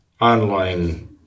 online